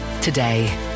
today